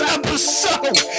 episode